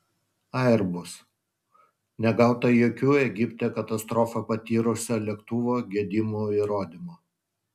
airbus negauta jokių egipte katastrofą patyrusio lėktuvo gedimų įrodymo